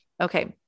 Okay